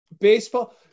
Baseball